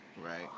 Right